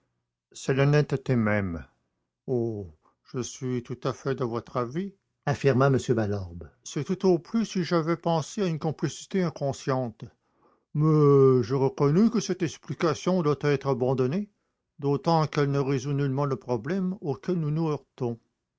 c'est l'honnêteté même oh je suis tout à fait de votre avis affirma m valorbe c'est tout au plus si j'avais pensé à une complicité inconsciente mais je reconnais que cette explication doit être abandonnée d'autant qu'elle ne résout nullement le problème auquel nous nous heurtons